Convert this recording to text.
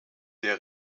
der